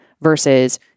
versus